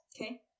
Okay